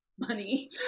money